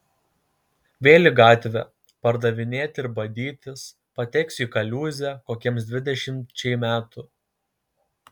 vėl į gatvę pardavinėti ir badytis pateksiu į kaliūzę kokiems dvidešimčiai metų